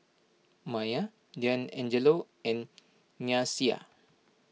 Mya Deangelo and Nyasia